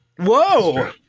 Whoa